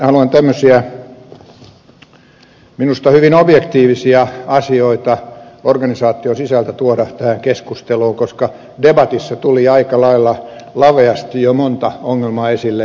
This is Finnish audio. haluan tämmöisiä minusta hyvin objektiivisia asioita organisaation sisältä tuoda tähän keskusteluun koska debatissa tuli aika lailla laveasti jo monta ongelmaa esille